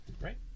right